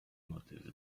motyw